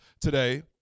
today